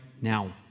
now